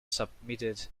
submitted